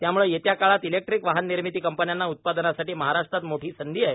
त्यामुळं येत्या काळात इलेक्ट्रिक वाहननिर्मिती कंपन्यांना उत्पादनासाठी महाराष्ट्रात मोठी संधी आहे